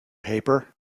paper